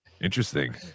Interesting